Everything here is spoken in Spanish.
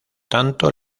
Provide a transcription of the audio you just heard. tanto